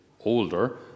older